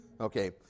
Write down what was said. Okay